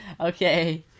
Okay